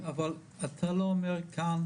אבל אתה לא אומר גם,